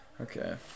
Okay